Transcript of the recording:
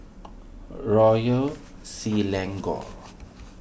Royal Selangor